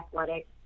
athletics